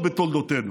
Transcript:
וכשבאתי